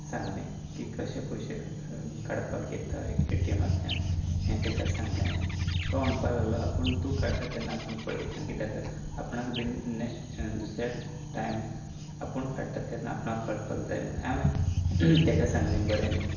सांगलें की कशें पयशे काडपाक येता ए टी एमांतल्यान हें ताका सांगलें हांवें तो म्हणपाक लागलो आपूण तूं काडटा तेन्ना आपूण पळयता कित्याक आपणाक बी दुसऱ्या टायम आपूण काडटा तेन्ना आपणाक कळपाक जाय म्हूण हांवें मागीर ताका सांगलें बरें म्हूण